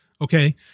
Okay